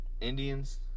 Indians